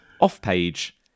off-page